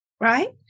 right